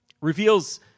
reveals